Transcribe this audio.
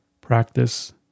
practice